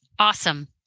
Awesome